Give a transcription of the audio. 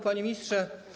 Panie Ministrze!